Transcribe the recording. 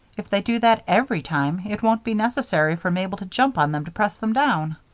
if they do that every time, it won't be necessary for mabel to jump on them to press them down.